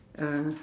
ah